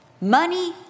money